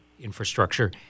infrastructure